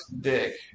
dick